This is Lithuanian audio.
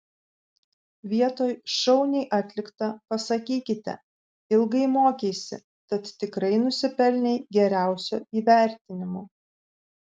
vietoj šauniai atlikta pasakykite ilgai mokeisi tad tikrai nusipelnei geriausio įvertinimo